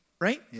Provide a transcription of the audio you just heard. Right